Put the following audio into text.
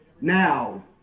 Now